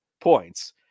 points